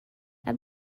add